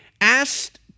asked